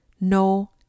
no